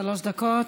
שלוש דקות.